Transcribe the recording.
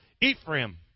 Ephraim